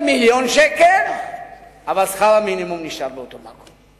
מיליון שקל אבל שכר המינימום נשאר באותו מקום?